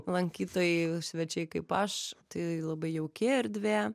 lankytojai svečiai kaip aš tai labai jauki erdvė